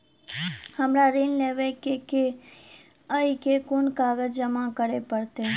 हमरा ऋण लेबै केँ अई केँ कुन कागज जमा करे पड़तै?